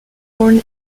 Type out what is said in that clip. born